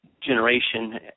generation